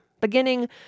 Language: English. beginning